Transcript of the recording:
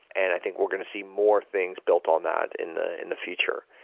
and i think we're going to see more things built on that in the in the future.